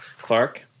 Clark